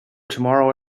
tomorrow